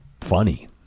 funny